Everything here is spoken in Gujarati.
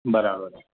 બરાબર